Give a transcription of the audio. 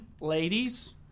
ladies